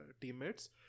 teammates